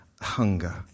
hunger